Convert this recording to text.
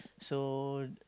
so